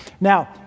Now